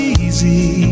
easy